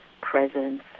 presence